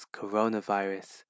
coronavirus